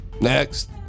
Next